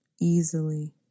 easily